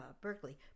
Berkeley